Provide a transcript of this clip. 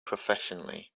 professionally